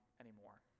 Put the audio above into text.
anymore